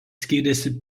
skiriasi